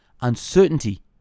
uncertainty